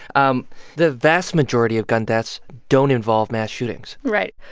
um the vast majority of gun deaths don't involve mass shootings right.